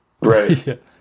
Right